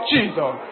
Jesus